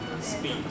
speed